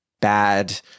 bad